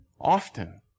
often